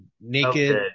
naked